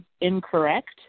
incorrect